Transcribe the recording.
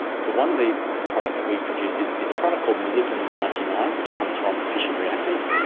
so one of the products we produce is is a product called molybdenum ninety nine, which comes from fission reactors.